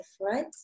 right